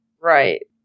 Right